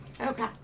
Okay